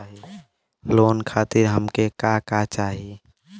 Loan खातीर हमके का का चाही?